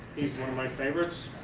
he's one of my favorites.